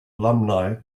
alumni